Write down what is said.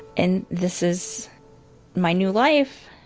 and this is my new life.